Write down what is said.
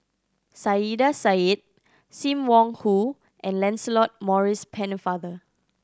Saiedah Said Sim Wong Hoo and Lancelot Maurice Pennefather